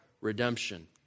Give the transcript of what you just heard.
redemption